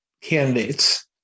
candidates